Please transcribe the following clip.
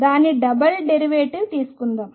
దాని double derivative తీసుకుందాం